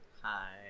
Hi